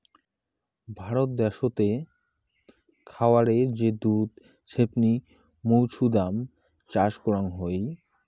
ভারত দ্যাশোতে খায়ারে যে দুধ ছেপনি মৌছুদাম চাষ করাং হই